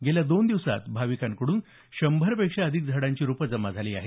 गेल्या दोन दिवसात भाविकांकडून शंभरापेक्षा अधिक झाडांची रोपं जमा झाली आहेत